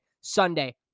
Sunday